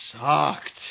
sucked